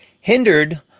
hindered